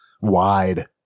wide